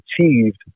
achieved